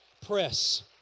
Press